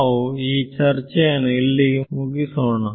ನಾವು ಈ ಚರ್ಚೆಯನ್ನು ಇಲ್ಲಿಗೆ ಮುಗಿಸೋಣ